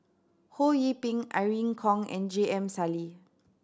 Ho Yee Ping Irene Khong and J M Sali